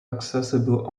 accessible